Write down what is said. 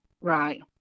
Right